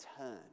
turn